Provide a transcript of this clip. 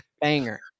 banger